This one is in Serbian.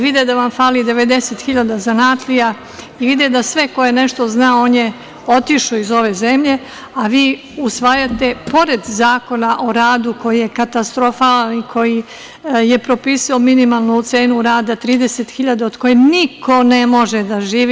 Vide da vam fali 90.000 zanatlija i vide da svako ko nešto zna, on je otišao iz ove zemlje, a vi usvajate, pored Zakona o radu koji je katastrofalan i koji je propisao minimalnu cenu rada 30.000 od koje niko ne može da živi…